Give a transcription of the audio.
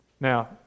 Now